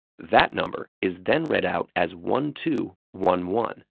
that number is then read out as one two one one,